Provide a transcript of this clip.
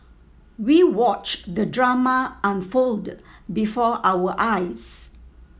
we watched the drama unfold before our eyes